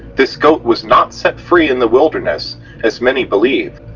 this goat was not set free in the wilderness as many believe.